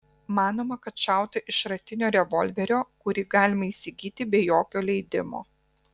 manoma kad šauta iš šratinio revolverio kurį galima įsigyti be jokio leidimo